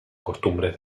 costumbres